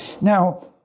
now